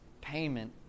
payment